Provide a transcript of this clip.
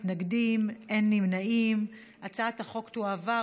ההצעה להעביר את הצעת חוק פקודת בריאות העם (תיקון מס' 32)